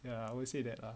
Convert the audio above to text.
ya I would say that lah